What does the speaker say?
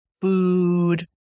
food